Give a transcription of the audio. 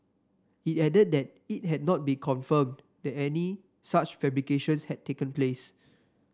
it added that it had not be confirmed that any such fabrications had taken place